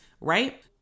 right